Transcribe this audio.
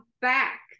back